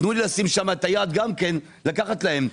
תנו לי לשים שם גם את היד, לקחת להם,